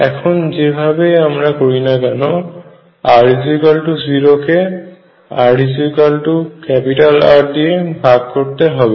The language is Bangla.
এখন যে ভাবেই আমরা করি না কেন r0 কে rR দিয়ে ভাগ করতে হবে